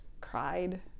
cried